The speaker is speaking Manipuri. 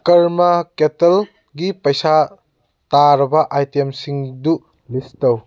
ꯀꯔꯃꯥ ꯀꯦꯇꯜꯒꯤ ꯄꯩꯁꯥ ꯇꯥꯔꯕ ꯑꯥꯏꯇꯦꯝꯁꯤꯡꯗꯨ ꯂꯤꯁ ꯇꯧ